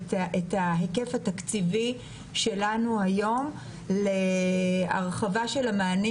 את ההיקף התקציבי שלנו היום להרחבה של המענים